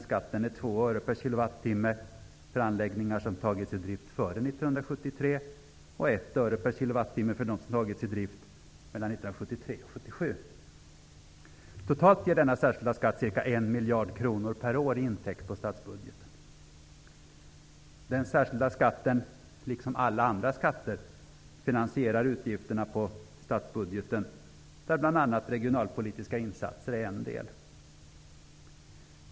Skatten är 2 öre per kWh för anläggningar som tagits i drift före 1973 och 1 öre per kWh för dem som tagits i drift mellan 1973 och 1977. Totalt ger denna särskilda skatt ca 1 miljard kronor per år i intäkt på statsbudgeten. Den särskilda skatten liksom alla andra skatter finansierar utgifterna på statsbudgeten, där bl.a. regionalpolitiska insatser är en del.